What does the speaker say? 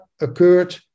occurred